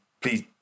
Please